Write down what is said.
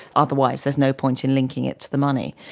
otherwise there's no point in linking it to the money.